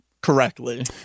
correctly